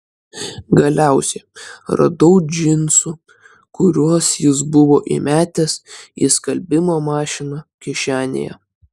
galiausiai radau džinsų kuriuos jis buvo įmetęs į skalbimo mašiną kišenėje